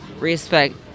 respect